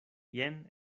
jen